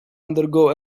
undergo